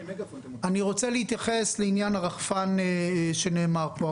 אני רוצה להתייחס לעניין הרחפן שנאמר פה.